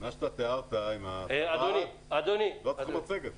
לא צריך מצגת.